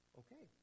okay